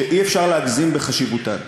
שאי-אפשר להגזים בחשיבותן.